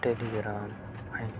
ٹیلی gram ہیں